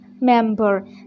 member